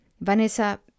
Vanessa